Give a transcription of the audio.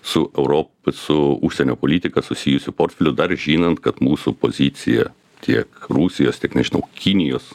su europ su užsienio politika susijusių portfelių dar žinant kad mūsų pozicija tiek rusijos tiek nežinau kinijos